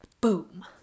boom